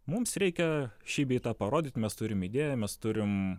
mums reikia šį bei tą parodyt mes turim idėją mes turim